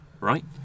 Right